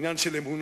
עניין של אמונה,